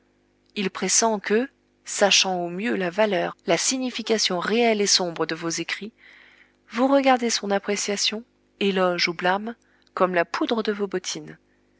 il pressent que sachant au mieux la valeur la signification réelle et sombre de vos écrits vous regardez son appréciation éloge ou blâme comme la poudre de vos bottines